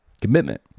commitment